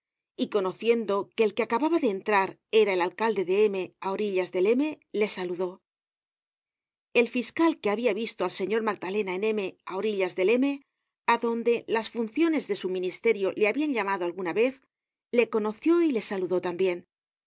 y conociendo que el que acababa de entrar era el alcalde de m á orillas del m le saludó el fiscal que habia visto al señor magdalena en m á orillas del m adonde las funciones de su ministerio le habian llamado alguna vez le conoció y le saludó tambien